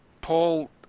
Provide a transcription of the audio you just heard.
Paul